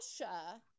Russia